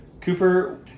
Cooper